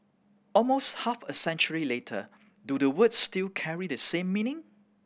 almost half a century later do the words still carry the same meaning